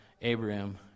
Abraham